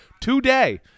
today